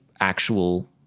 actual